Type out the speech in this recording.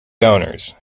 donors